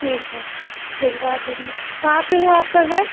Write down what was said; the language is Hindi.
ठीक है भिजवा दूँगी कहाँ पर है आपका घर